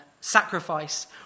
sacrifice